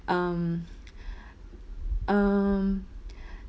um um